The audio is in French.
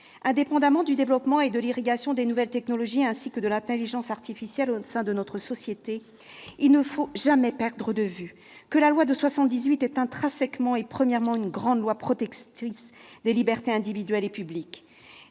Indépendamment du développement des nouvelles technologies et de l'intelligence artificielle, qui irriguent désormais notre société, il ne faut jamais perdre de vue que la loi de 1978 est intrinsèquement et premièrement une loi protectrice des libertés individuelles et publiques.